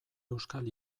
euskal